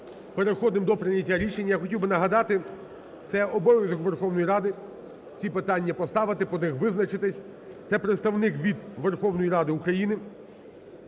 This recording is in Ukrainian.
Переходимо до прийняття рішення. Хотів би нагадати, це обов'язок Верховної Ради ці питання поставити, по них визначитись. Це представник від Верховної Ради України,